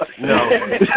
No